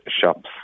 shops